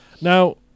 Now